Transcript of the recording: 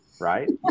Right